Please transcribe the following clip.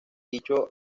dicho